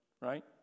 right